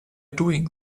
doing